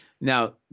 Now